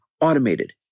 Automated